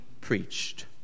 preached